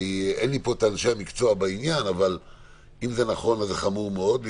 אין לי פה את אנשי המקצוע בעניין אבל אם זה נכון זה חמור מאוד.